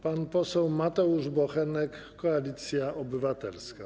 Pan poseł Mateusz Bochenek, Koalicja Obywatelska.